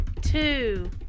two